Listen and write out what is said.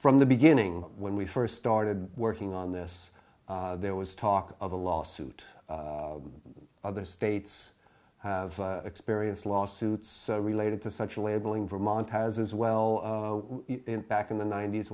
from the beginning when we first started working on this there was talk of a lawsuit other states have experienced lawsuits so related to such labeling vermont has as well back in the ninet